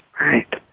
Right